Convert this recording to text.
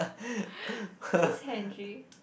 who's Henry